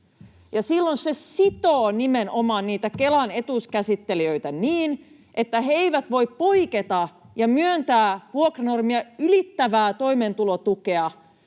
silloin se sitoo nimenomaan niitä Kelan etuuskäsittelijöitä niin, että he eivät voi poiketa ja myöntää vuokranormia ylittävää toimeentulotukea